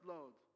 Lord